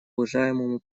уважаемому